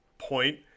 point